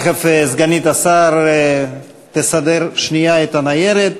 תכף סגנית השר תסדר את הניירת.